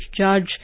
Judge